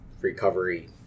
recovery